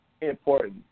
important